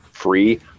free